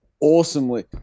awesomely